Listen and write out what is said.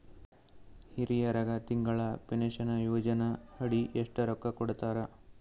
ಹಿರಿಯರಗ ತಿಂಗಳ ಪೀನಷನಯೋಜನ ಅಡಿ ಎಷ್ಟ ರೊಕ್ಕ ಕೊಡತಾರ?